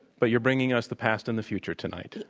but you're bringing us the past and the future tonight.